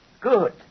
Good